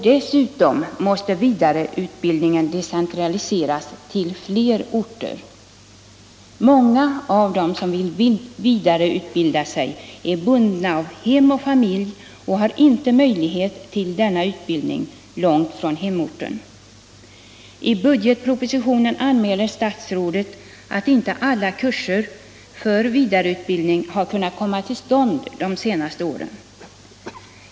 Denna måste dessutom decentraliseras till fler orter. Många av dem som vill vidareutbilda sig är bundna av hem och familj och har inte möjlighet att ta del av en utbildning långt från hemorten. I budgetpropositionen anmäler statsrådet att alla kurser för vidareutbildning inte har kunnat komma till stånd de senaste åren.